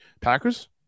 Packers